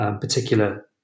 particular